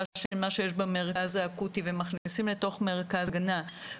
של מה שיש במרכז האקוטי ומכניסים לתוך מרכז הגנה,